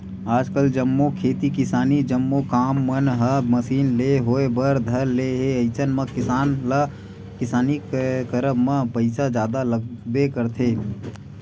आजकल खेती किसानी के जम्मो काम मन ह मसीन ले होय बर धर ले हे अइसन म किसान ल किसानी के करब म पइसा जादा लगबे करथे